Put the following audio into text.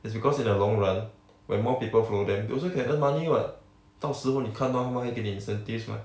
it's because in the long run when more people follow them they also can earn money what 到时候你看 lor 他们还给你 incentives mah